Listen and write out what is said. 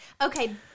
Okay